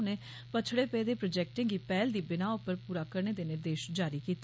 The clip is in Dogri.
उनें पच्छड़े पेदे प्रोजेक्टें गी पैहल दी बिनाह उप्पर पूरा करने दे निर्देश जारी कीते